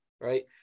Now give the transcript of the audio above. Right